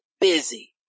busy